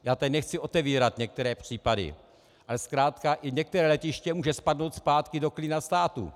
Já tady nechci otevírat některé případy, ale zkrátka i některé letiště může spadnout zpátky do klína státu.